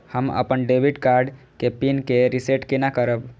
हम अपन debit card के पिन के रीसेट केना करब?